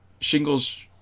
shingles